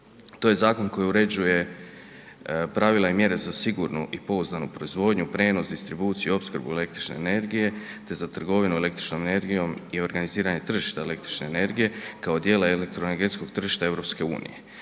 To je zakon koji uređuje pravila i mjere za sigurnu i pouzdanu proizvodnju, prijenos, distribuciju i opskrbu električne energije te za trgovinu električnom energijom i organiziranje tržišta električne energije kao dijela elektroenergetskog tržišta EU.